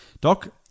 Doc